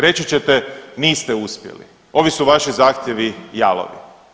Reći ćete niste uspjeli, ovi su vaši zahtjevi jalovi.